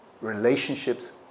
relationships